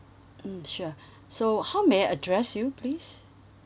mm sure so how may I address you please